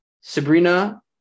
Sabrina